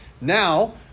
Now